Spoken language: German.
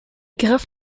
griff